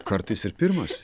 kartais ir pirmas